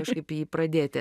kažkaip jį pradėti